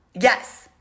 Yes